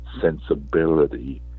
sensibility